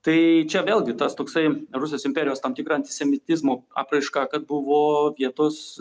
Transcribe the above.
tai čia vėlgi tas toksai rusijos imperijos tam tikra antisemitizmo apraiška kad buvo vietos